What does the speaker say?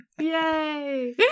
Yay